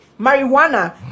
marijuana